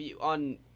On